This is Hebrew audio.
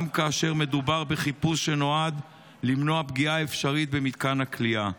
גם כאשר מדובר בחיפוש שנועד למנוע פגיעה אפשרית במתקן הכליאה.